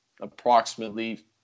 approximately